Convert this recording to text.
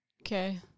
Okay